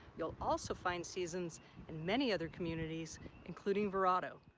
you'll also find seasons in many other communities including verrado.